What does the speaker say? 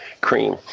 cream